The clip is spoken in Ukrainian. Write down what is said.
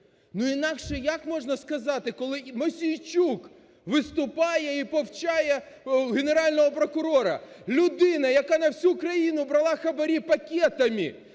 Інакше як можна сказати, коли Мосійчук виступає і повчає Генерального прокурора. Людина, яка на всю країну брала хабарі пакетами,